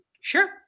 Sure